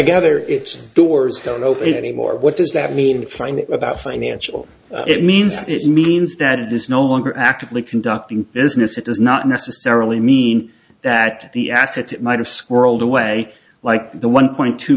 gather its doors don't open any more what does that mean find about financial it means it means that it is no longer actively conducting business it does not necessarily mean that the assets might have squirreled away like the one point two